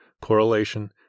correlation